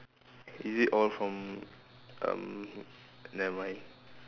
is it all from um nevermind